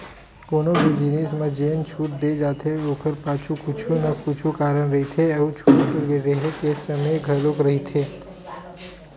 कोनो भी जिनिस म जेन छूट दे जाथे ओखर पाछू कुछु न कुछु कारन रहिथे अउ छूट रेहे के समे घलो रहिथे